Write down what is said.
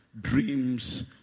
dreams